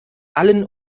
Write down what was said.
allen